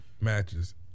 matches